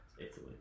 Italy